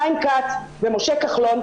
חיים כץ ומשה כחלון,